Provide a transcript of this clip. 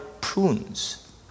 prunes